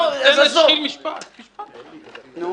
אנחנו